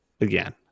Again